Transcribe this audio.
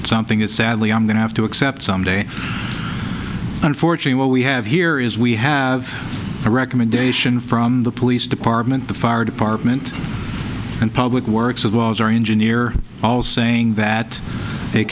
something that sadly i'm going to have to accept someday unfortunately what we have here is we have a recommendation from the police department the fire department and public works as well as our engineer all saying that